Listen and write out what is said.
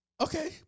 Okay